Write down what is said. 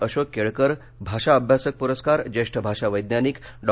अशोक केळकर भाषाअभ्यासक पुरस्कार ज्येष्ठ भाषा वैज्ञानिक डॉ